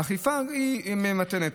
אכיפה היא ממתנת.